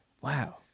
wow